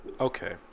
Okay